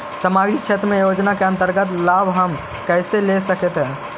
समाजिक क्षेत्र योजना के अंतर्गत लाभ हम कैसे ले सकतें हैं?